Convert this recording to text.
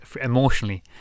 emotionally